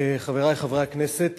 חברי חברי הכנסת,